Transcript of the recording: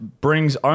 brings